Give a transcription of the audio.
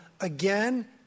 again